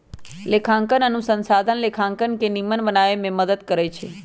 लेखांकन अनुसंधान लेखांकन के निम्मन बनाबे में मदद करइ छै